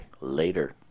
Later